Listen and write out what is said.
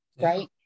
Right